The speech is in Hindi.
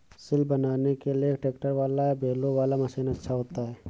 सिल बनाने के लिए ट्रैक्टर वाला या बैलों वाला मशीन अच्छा होता है?